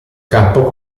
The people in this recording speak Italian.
campo